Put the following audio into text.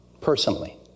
personally